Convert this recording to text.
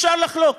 אפשר לחלוק.